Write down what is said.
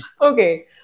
Okay